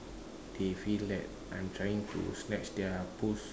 they feel that I'm trying to snatch their post